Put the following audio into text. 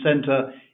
center